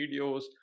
videos